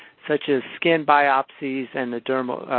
such as skin biopsies and the dermal,